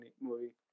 movie